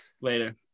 later